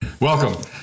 Welcome